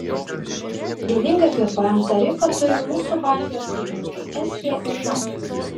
vieningą gpm tarifą turi mūsų baltijos kaimynės estija ir latvija